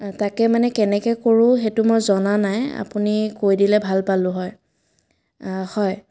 তাকে মানে কেনেকৈ কৰোঁ সেইটো মই জনা নাই আপুনি কৈ দিলে ভাল পালোঁ হয় হয়